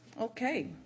Okay